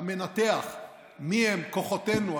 אתה מנתח מיהם כוחותינו,